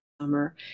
summer